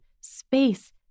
space